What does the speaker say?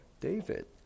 David